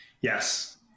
yes